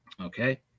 okay